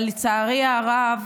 אבל לצערי הרב